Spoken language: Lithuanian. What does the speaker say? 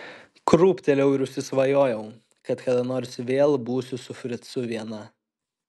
krūptelėjau ir užsisvajojau kad kada nors vėl būsiu su fricu viena